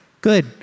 Good